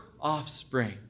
offspring